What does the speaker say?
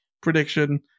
prediction